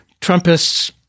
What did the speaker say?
Trumpists